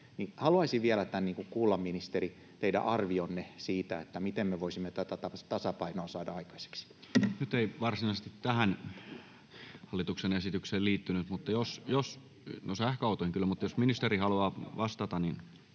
Haluaisin vielä kuulla, ministeri, teidän arvionne siitä, miten me voisimme tätä tasapainoa saada aikaiseksi. Nyt ei varsinaisesti tähän hallituksen esitykseen liittynyt [Hussein al-Taee: Sähköautoihin